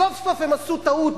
סוף-סוף הם עשו טעות,